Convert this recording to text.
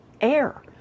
air